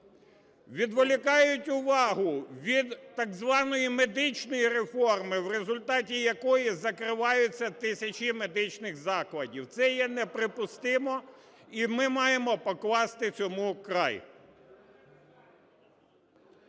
Відволікають увагу від так званої медичної реформи, в результаті якої закриваються тисячі медичних закладів. Це є неприпустимо, і ми маємо покласти цьому край.